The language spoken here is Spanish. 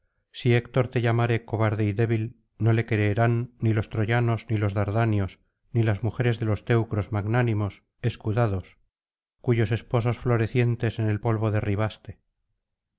si héctor te llamare cobarde y débil no le creerán ni los troyanos ni los dardanios ni las mujeres de los teucros magnánimos escudados cuyos esposos florecientes en el polvo derribaste